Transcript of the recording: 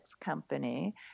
company